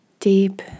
Deep